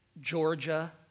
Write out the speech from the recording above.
Georgia